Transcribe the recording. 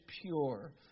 pure